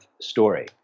story